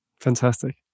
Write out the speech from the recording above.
fantastic